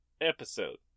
episode